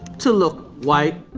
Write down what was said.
to look white